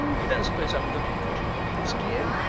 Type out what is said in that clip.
you don't suppose i'm looking for giraffes, do you?